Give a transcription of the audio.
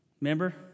Remember